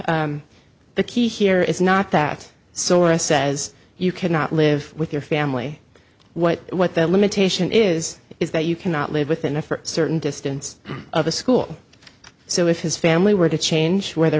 y the key here is not that so a says you cannot live with your family what what the limitation is is that you cannot live within a certain distance of a school so if his family were to change where the